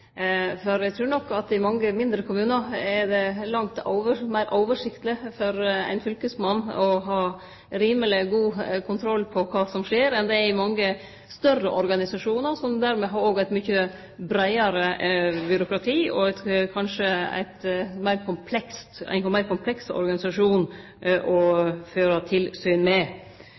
for eg trur nok at i mange mindre kommunar er det langt meir oversiktleg for ein fylkesmann – han kan ha rimeleg god kontroll på kva som skjer – enn det er i mange større organisasjonar, som dermed òg har eit mykje breiare byråkrati og kanskje ein meir kompleks organisasjon å føre tilsyn med.